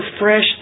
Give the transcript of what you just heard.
fresh